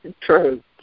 True